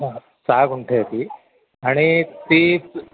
हां सहा गुंठे आहे ती आणि ती